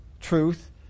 truth